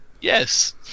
Yes